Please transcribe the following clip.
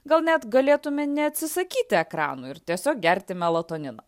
gal net galėtume neatsisakyti ekranų ir tiesiog gerti melatoniną